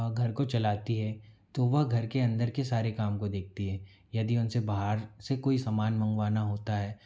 घर को चलाती है तो वह घर के अंदर के सारे काम को देखती है यदि उनसे बाहर से कोई समान मंगवाना होता है